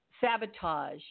sabotage